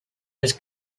was